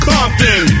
Compton